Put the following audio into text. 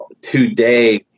today